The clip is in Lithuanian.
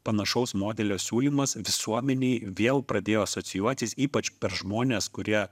panašaus modelio siūlymas visuomenei vėl pradėjo asocijuotis ypač per žmones kurie